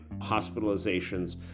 hospitalizations